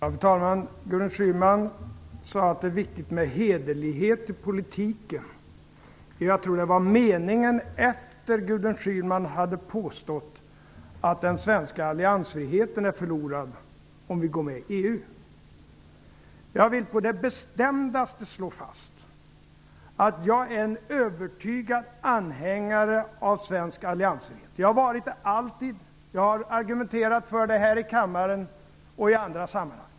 Fru talman! Gudrun Schyman sade att det är viktigt med hederlighet i politiken. Jag tror det var i meningen efter det att Gudrun Schyman hade påstått att den svenska alliansfriheten är förlorad om vi går med i EU. Jag vill på det bestämdaste slå fast att jag är en övertygad anhängare av svensk alliansfrihet. Jag har alltid varit det. Jag har argumenterat för det här i kammaren och i andra sammanhang.